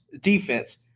defense